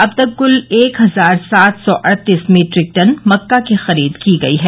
अब तक कुल एक हजार सात सौ अड़तीस मीट्रिक टन मक्का की खरीद की गई है